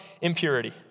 impurity